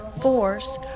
force